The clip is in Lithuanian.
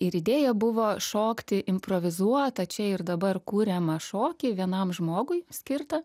ir idėja buvo šokti improvizuotą čia ir dabar kuriamą šokį vienam žmogui skirtą